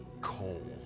coal